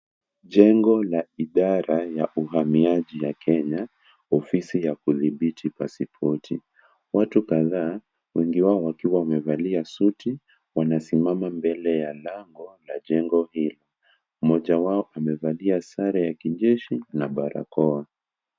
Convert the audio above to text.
Jengo la idara ya uhamiaji ya Kenya, ofisi ya kuthibiti pasipoti, watu kadhaa wengi wao wakiwa wamevalia suti, wamesimama mbele ya lango, la jengo hili, mmoja wao amevalia sare la kijeshi, na barakoa.